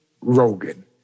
Rogan